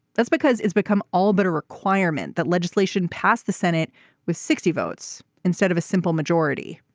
that's because it's become all but a requirement that legislation pass the senate with sixty votes instead of a simple majority.